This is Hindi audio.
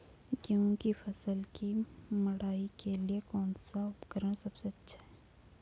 गेहूँ की फसल की मड़ाई के लिए कौन सा उपकरण सबसे अच्छा है?